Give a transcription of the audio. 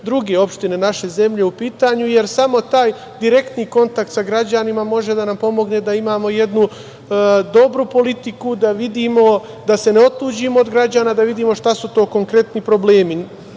druge opštine naše zemlje u pitanju, jer samo taj direktni kontakt sa građanima može da nam pomogne da imamo jednu dobru politiku, da se ne otuđimo od građana, da vidimo šta su konkretni problemi. Nije